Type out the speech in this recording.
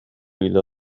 إلى